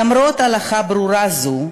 למרות הלכה ברורה זו,